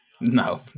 No